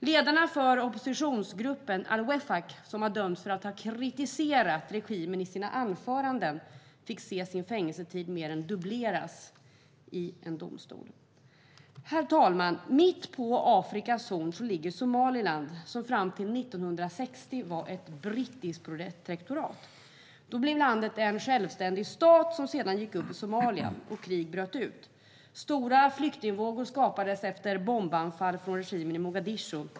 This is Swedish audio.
Ledarna för oppositionsgruppen al-Wefaq, som har dömts för att ha kritiserat regimen i sina anföranden, fick se sin fängelsetid mer än dubbleras i en domstol. Herr talman! Mitt på Afrikas horn ligger Somaliland som fram till 1960 var ett brittiskt protektorat. Då blev landet en självständig stat som sedan blev en del av Somalia, och krig bröt ut. Stora flyktingvågor skapades efter bombanfall från regimen i Mogadishu.